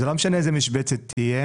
זו לא משנה איזו משבצת תהיה